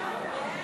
להצביע.